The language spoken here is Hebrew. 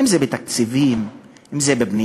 אם זה בתקציבים, אם זה בבנייה,